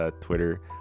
Twitter